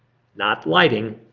not lighting,